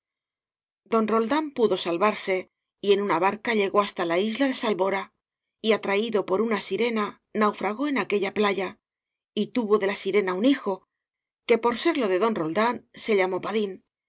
don roldán pudo salvarse y en una barca llegó hasta la isla de salvora y atraído por una sirena naufragó en aquella playa y tuvo de la sirena un hijo que por serlo de don roldán se llamó padín